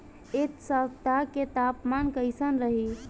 एह सप्ताह के तापमान कईसन रही?